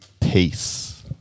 peace